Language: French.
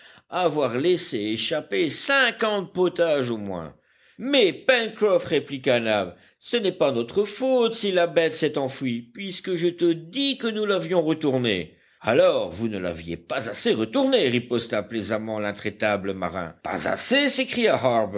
avoir laissé échapper cinquante potages au moins mais pencroff répliqua nab ce n'est pas notre faute si la bête s'est enfuie puisque je te dis que nous l'avions retournée alors vous ne l'aviez pas assez retournée riposta plaisamment l'intraitable marin pas assez s'écria